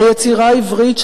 היצירה העברית,